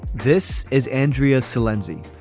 this is andrea sill enzi.